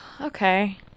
okay